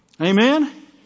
Amen